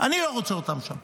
אני לא רוצה אותם שם.